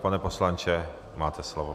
Pane poslanče, máte slovo.